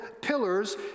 pillars